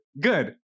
good